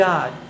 God